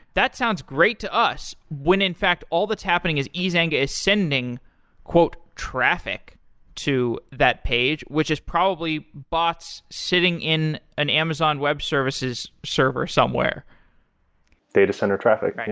that sounds great to us. when in fact all that's happening is ezanga is sending traffic to that page, which is probably bots sitting in an amazon web services server somewhere datacenter traffic, yeah,